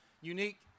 unique